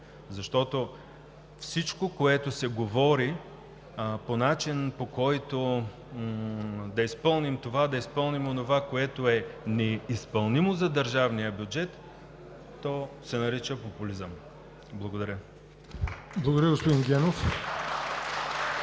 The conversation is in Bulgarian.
защото всичко, което се говори по начин – да изпълним това, да изпълним онова, което е неизпълнимо за държавния бюджет, се нарича популизъм. Благодаря. (Ръкопляскания от